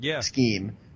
scheme